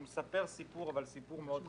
הוא מספר סיפור, אבל סיפור מאוד חסר.